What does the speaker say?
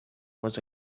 was